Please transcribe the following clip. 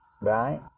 right